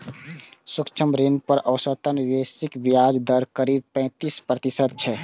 सूक्ष्म ऋण पर औसतन वैश्विक ब्याज दर करीब पैंतीस प्रतिशत छै